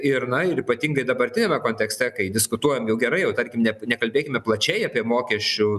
ir na ir ypatingai dabartiniame kontekste kai diskutuojam gerai jau tarkim ne nekalbėkime plačiai apie mokesčių